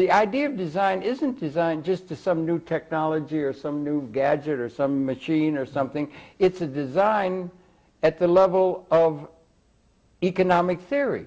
the idea of design isn't designed just to some new technology or some new gadget or some machine or something it's a design at the level of economic theory